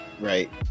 right